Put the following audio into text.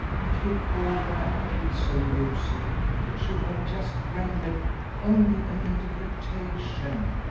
if you call that piece of music which you have just rendered only an interpretation,